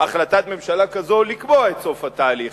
החלטת ממשלה כזאת לקבוע את סוף התהליך,